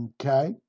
Okay